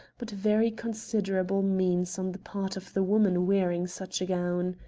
but very considerable means on the part of the woman wearing such a gown.